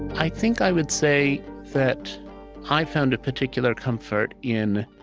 i think i would say that i found a particular comfort in